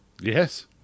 Yes